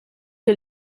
que